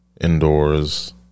Indoors